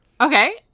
Okay